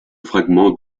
fragment